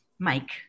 Mike